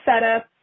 setup